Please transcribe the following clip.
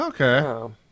Okay